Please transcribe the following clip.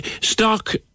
Stock